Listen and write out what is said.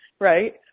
right